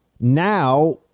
now